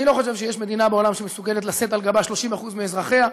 אני לא חושב שיש מדינה בעולם שמסוגלת לשאת על גבה 30% מאזרחיה.